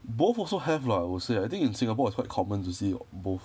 both also have lah I would say I think in singapore it's quite common to see uh both